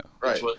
right